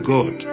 God